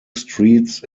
streets